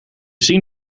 zien